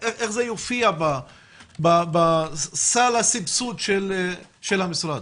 איך זה יופיע בסל הסבסוד של המשרד?